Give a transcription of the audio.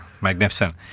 magnificent